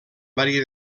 maria